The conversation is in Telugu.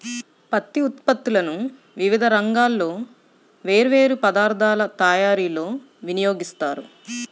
పత్తి ఉత్పత్తులను వివిధ రంగాల్లో వేర్వేరు పదార్ధాల తయారీలో వినియోగిస్తారు